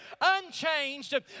unchanged